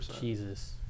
jesus